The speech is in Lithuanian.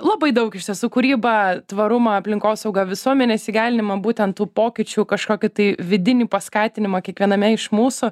labai daug iš tiesų kūrybą tvarumą aplinkosaugą visuomenės įgalinimą būtent tų pokyčių kažkokį tai vidinį paskatinimą kiekviename iš mūsų